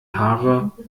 haare